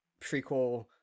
prequel